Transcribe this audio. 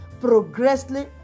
progressively